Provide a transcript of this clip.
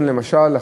למשל,